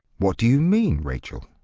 what do you mean, rachel?